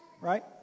Right